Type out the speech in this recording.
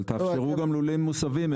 אבל תאפשרו גם לולים מוסבים,